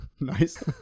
nice